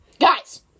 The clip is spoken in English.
Guys